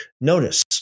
Notice